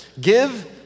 Give